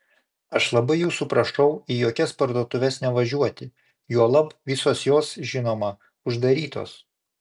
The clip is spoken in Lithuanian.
aš labai jūsų prašau į jokias parduotuves nevažiuoti juolab visos jos žinoma uždarytos